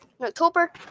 October